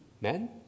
men